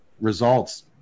results